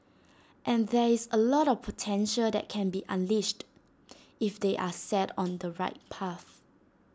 and there is A lot of potential that can be unleashed if they are set on the right path